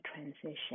transition